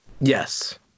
Yes